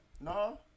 No